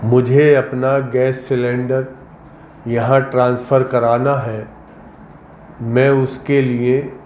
مجھے اپنا gas cylinder یہاں ٹرانسفر کرانا ہے میں اس کے لیے